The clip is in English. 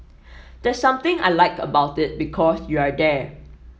there's something I like about it because you're there